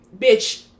Bitch